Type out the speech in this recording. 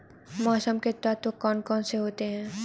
मौसम के तत्व कौन कौन से होते हैं?